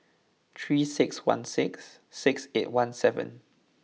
three six one six six eight one seven